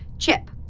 chip,